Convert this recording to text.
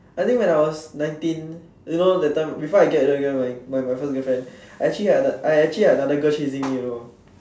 I think when I was nineteen you know that time before I get my my first girlfriend I actually had I actually had another girl chasing me you know